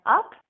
up